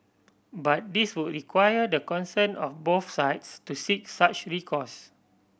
but this would require the consent of both sides to seek such recourse